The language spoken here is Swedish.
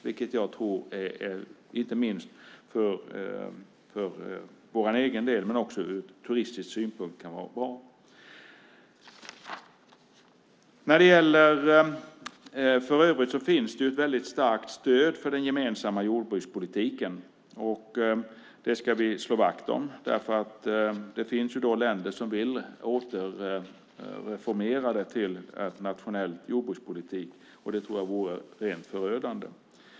Det tror jag är bra, inte minst för vår egen del men också ur turistisk synpunkt. För övrigt finns det ett väldigt starkt stöd för den gemensamma jordbrukspolitiken, och det ska vi slå vakt om. Det finns nämligen länder som vill återreformera detta till en nationell jordbrukspolitik, och det tror jag vore rent förödande.